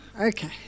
Okay